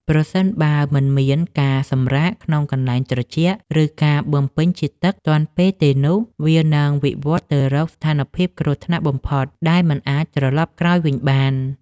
ប្រសិនបើមិនមានការសម្រាកក្នុងកន្លែងត្រជាក់ ឬការបំពេញជាតិទឹកទាន់ពេលទេនោះ វានឹងវិវត្តទៅរកស្ថានភាពគ្រោះថ្នាក់បំផុតដែលមិនអាចត្រឡប់ក្រោយវិញបាន។